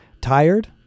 Tired